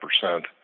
percent